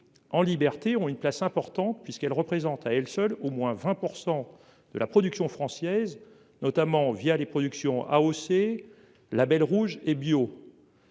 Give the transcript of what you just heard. En liberté ont une place importante puisqu'elle représente à elle seule, au moins 20% de la production française, notamment via les productions AOC, Label rouge et bio.